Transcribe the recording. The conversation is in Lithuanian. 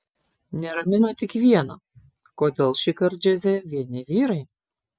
neramino tik viena kodėl šįkart džiaze vieni vyrai